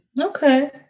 Okay